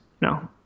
No